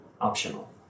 optional